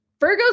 Virgos